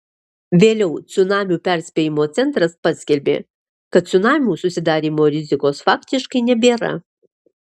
vėliau cunamių perspėjimo centras paskelbė kad cunamių susidarymo rizikos faktiškai nebėra